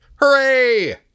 Hooray